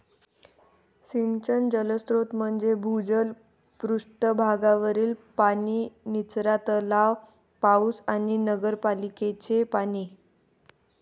सिंचन जलस्रोत म्हणजे भूजल, पृष्ठ भागावरील पाणी, निचरा तलाव, पाऊस आणि नगरपालिकेचे पाणी